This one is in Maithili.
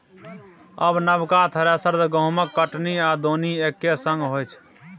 आब नबका थ्रेसर सँ गहुँमक कटनी आ दौनी एक्के संग होइ छै